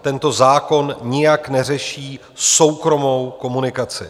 Tento zákon nijak neřeší soukromou komunikaci.